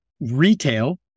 retail